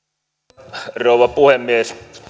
arvoisa rouva puhemies